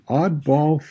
oddball